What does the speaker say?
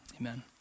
Amen